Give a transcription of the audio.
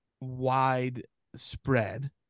widespread